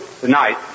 tonight